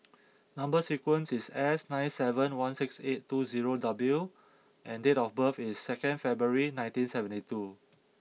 number sequence is S nine seven one six eight two zero W and date of birth is second February nineteen seventy two